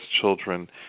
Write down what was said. children